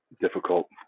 difficult